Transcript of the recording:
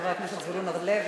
חבר הכנסת זבולון אורלב,